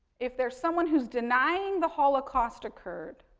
if there's someone who's denying the holocaust occurred,